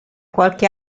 qualche